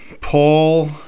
Paul